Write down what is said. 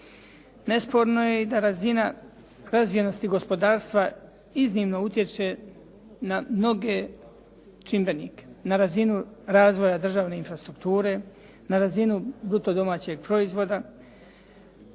Nesporno je da i razna razvijenosti gospodarstva iznimno utječe na mnoge čimbenike, na razinu razvoja državne infrastrukture, na razinu bruto domaćeg proizvoda